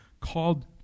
called